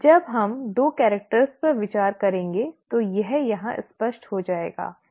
जब हम दो कैरेक्टर्स पर विचार करेंगे तो यह यहाँ स्पष्ट हो जाएगा